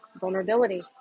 vulnerability